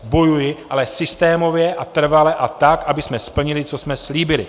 Bojuji, ale systémově a trvale a tak, abychom splnili, co jsme slíbili.